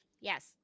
yes